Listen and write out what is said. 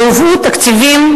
שהובאו תקציבים,